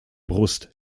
brust